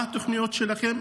מה התוכניות שלכם?